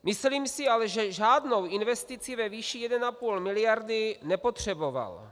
Myslím si ale, že žádnou investici ve výši 1,5 miliardy nepotřebovala.